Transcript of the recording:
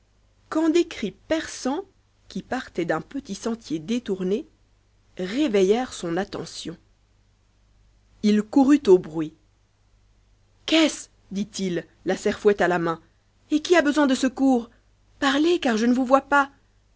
quand des cris perçants qui partaient d'un petit sentier détourné réveillèrent son attention il courut au bruit qu'est-ce dit-il la serfouette la main et qui a besoin de secours parlez car je ne vous vois pas